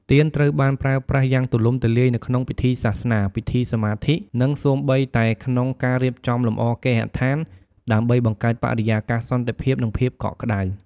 ទៀនត្រូវបានប្រើប្រាស់យ៉ាងទូលំទូលាយនៅក្នុងពិធីសាសនា ពិធីសមាធិ និងសូម្បីតែក្នុងការរៀបចំលម្អគេហដ្ឋាន ដើម្បីបង្កើតបរិយាកាសសន្តិភាព និងភាពកក់ក្ដៅ។